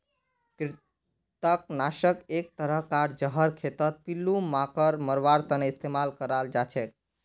कृंतक नाशक एक तरह कार जहर खेतत पिल्लू मांकड़ मरवार तने इस्तेमाल कराल जाछेक